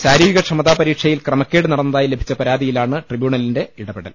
ശാരീരിക ക്ഷമതാ പരീക്ഷയിൽ ക്രമക്കേട് നടന്നതായി ലഭിച്ച പരാതിയി ലാണ് ട്രിബ്യൂണലിന്റെ ഇടപെടൽ